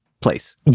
place